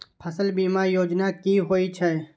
फसल बीमा योजना कि होए छै?